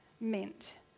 meant